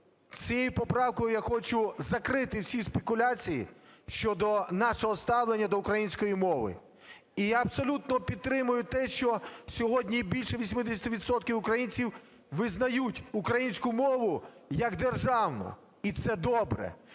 Цією поправкою я хочу закрити всі спекуляції щодо нашого ставлення до української мови. І я абсолютно підтримую те, що сьогодні більше 80 відсотків українців визнають українську мову як державну. І це добре.